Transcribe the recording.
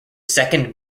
second